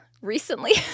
recently